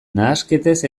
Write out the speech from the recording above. nahasketez